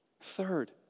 Third